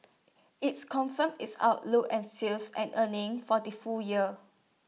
it's confirmed its outlook and sales and earnings for the full year